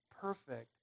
perfect